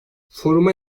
foruma